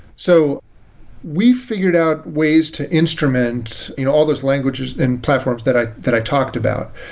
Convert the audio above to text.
so we figured out ways to instrument you know all those languages and platforms that i that i talked about,